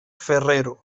ferrero